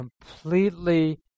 completely